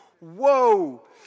whoa